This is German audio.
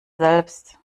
selbst